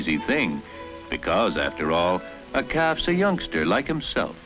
easy thing because after all caps a youngster like himself